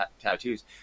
tattoos